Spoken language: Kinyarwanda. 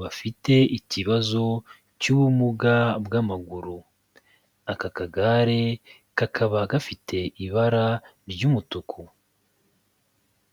bafite ikibazo cy'ubumuga bw'amaguru. Aka kagare kakaba gafite ibara ry'umutuku.